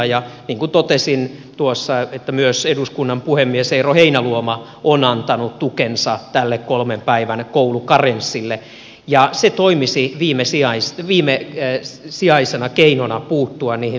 niin kuin totesin tuossa myös eduskunnan puhemies eero heinäluoma on antanut tukensa tälle kolmen päivän koulukarenssille ja se toimisi viimesijaisena keinona puuttua niihin suurempiin ongelmiin